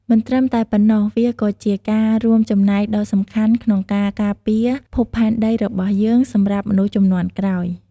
មិនត្រឹមតែប៉ុណ្ណោះ វាក៏ជាការរួមចំណែកដ៏សំខាន់ក្នុងការ ការពារភពផែនដីរបស់យើង សម្រាប់មនុស្សជំនាន់ក្រោយ។